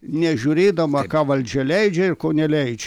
nežiūrėdama ką valdžia leidžia ir ko neleidžia